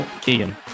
Keegan